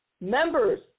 members